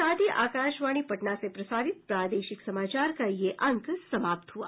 इसके साथ ही आकाशवाणी पटना से प्रसारित प्रादेशिक समाचार का ये अंक समाप्त हुआ